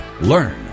learn